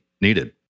needed